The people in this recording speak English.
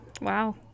Wow